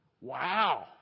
wow